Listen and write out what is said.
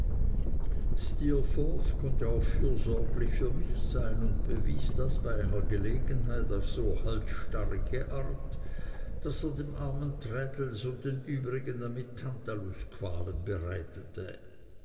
steerforth konnte auch fürsorglich für mich sein und bewies das bei einer gelegenheit auf so halsstarrige art daß er dem armen traddles und den übrigen damit tantalusqualen bereitete